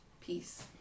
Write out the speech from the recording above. Peace